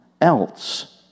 else